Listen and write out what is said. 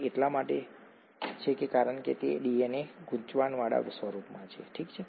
તે એટલા માટે છે કારણ કે ડીએનએ ગૂંચળાવાળા સ્વરૂપમાં છે ઠીક છે